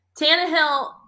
Tannehill